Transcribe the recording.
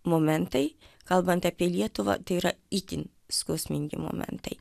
momentai kalbant apie lietuvą tai yra itin skausmingi momentai